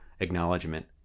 acknowledgement